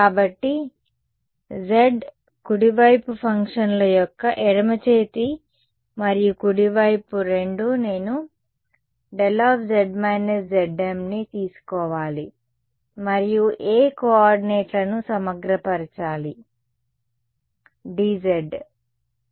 కాబట్టి z కుడివైపు ఫంక్షన్ల యొక్క ఎడమ చేతి మరియు కుడి వైపు రెండూ నేను δ ని తీసుకోవాలి మరియు ఏ కో ఆర్డినేట్లను సమగ్రపరచాలి dz